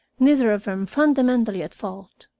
neither of them fundamentally at fault,